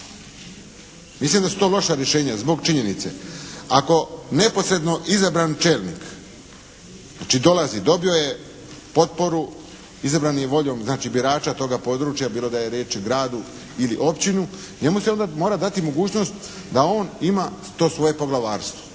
Mislim da su to loša rješenja zbog činjenice. Ako neposredno izabran čelnik znači dolazi, dobio je potporu, izabran je voljom znači birača toga područja, bilo da je riječ o gradu ili općinu, njemu se onda mora dati mogućnost da on ima to svoje poglavarstvo.